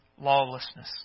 lawlessness